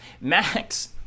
Max